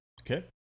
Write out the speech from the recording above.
Okay